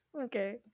Okay